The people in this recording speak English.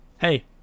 hey